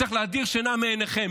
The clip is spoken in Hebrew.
צריכה להדיר שינה מעיניכם.